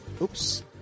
Oops